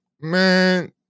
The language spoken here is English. man